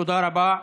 תודה רבה.